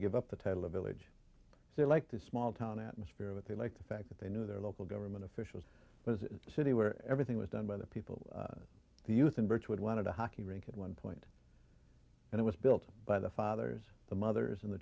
to give up the title of village so like the small town atmosphere what they like the fact that they knew their local government official was a city where everything was done by the people the youth and birchwood wanted a hockey rink at one point and it was built by the fathers the mothers and the